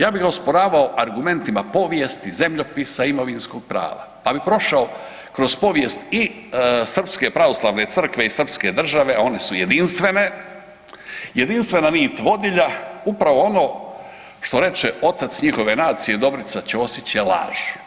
Ja bih ga osporavao argumentima povijesti, zemljopisa, imovinskog prava pa bi prošao kroz povijest i srpske pravoslavne crkve i Srpske države, a oni su jedinstvene, jedinstvena nit vodilja upravo ono što reče otac njihove nacije Dobriša Ćosić je laž.